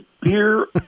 beer